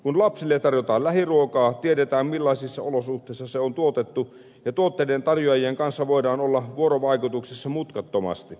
kun lapsille tarjotaan lähiruokaa tiedetään millaisissa olosuhteissa se on tuotettu ja tuotteiden tarjoajien kanssa voidaan olla vuorovaikutuksessa mutkattomasti